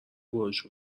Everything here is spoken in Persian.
خوش